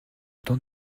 temps